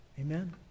Amen